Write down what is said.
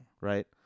Right